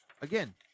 again